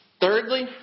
thirdly